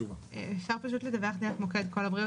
אפשר לדווח דרך מוקד "קול הבריאות".